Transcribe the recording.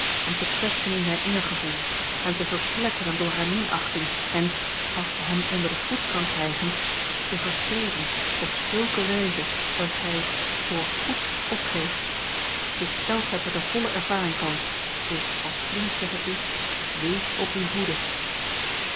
hem te kwetsen in zijn eergevoel hem te verpletteren door hare minachting en als ze hem onder den voet kan krijgen te vertreden op zulke wijze dat hij het voorgoed opgeeft ik zelf heb er de volle ervaring van dus als vriend zeg ik u wees op uwe hoede